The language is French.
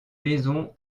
maisons